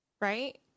right